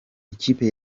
ikipe